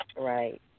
Right